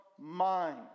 mind